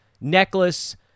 necklace